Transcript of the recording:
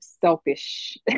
selfish